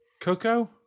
Coco